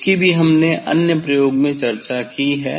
इसकी भी हमने अन्य प्रयोग में चर्चा की है